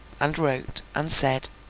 and wrote, and said,